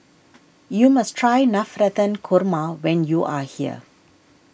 you must try Navratan Korma when you are here